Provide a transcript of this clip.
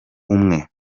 umwe